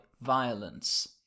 violence